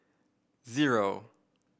zero